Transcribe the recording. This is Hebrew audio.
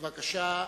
בבקשה,